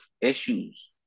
issues